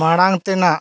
ᱢᱟᱲᱟᱝ ᱛᱮᱱᱟᱜ